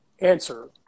answer